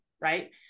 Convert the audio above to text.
right